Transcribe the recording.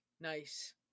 nice